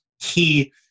key